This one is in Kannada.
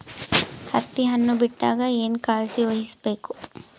ಹತ್ತಿ ಹಣ್ಣು ಬಿಟ್ಟಾಗ ಏನ ಕಾಳಜಿ ವಹಿಸ ಬೇಕು?